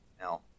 Now